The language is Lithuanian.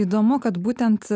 įdomu kad būtent